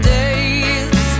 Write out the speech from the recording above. days